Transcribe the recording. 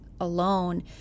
alone